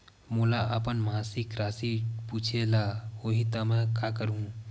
मोला अपन मासिक राशि पूछे ल होही त मैं का करहु?